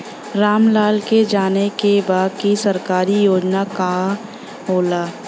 राम लाल के जाने के बा की सरकारी योजना का होला?